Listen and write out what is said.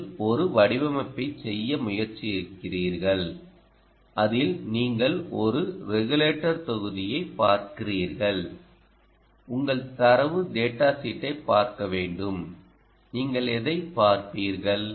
நீங்கள் ஒரு வடிவமைப்பைச் செய்ய முயற்சிக்கிறீர்கள் அதில் நீங்கள் ஒரு ரெகுலேட்டர் தொகுதியைப் பார்க்கிறீர்கள் உங்கள் தரவுத் டேடா ஷீட்டைப் பார்க்க வேண்டும் நீங்கள் எதைப் பார்ப்பீர்கள்